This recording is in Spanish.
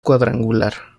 cuadrangular